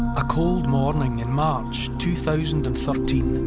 a cold morning in march two thousand and thirteen.